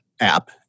app